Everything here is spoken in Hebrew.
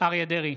אריה מכלוף דרעי,